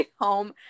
home